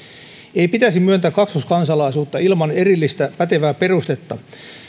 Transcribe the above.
ei pitäisi myöntää kaksoiskansalaisuutta ilman erillistä pätevää perustetta